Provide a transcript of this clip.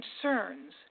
concerns